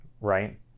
right